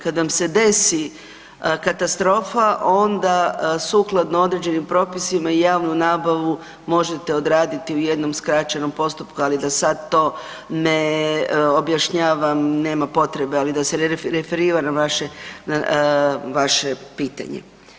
Kad vam se desi katastrofa, onda sukladno određenim propisima i javnu nabavu možete odraditi u jednom skraćenom postupku, ali da sad to ne objašnjavam, nema potrebe ali da se referiram na vaše pitanje.